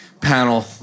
panel